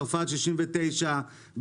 צרפת 69,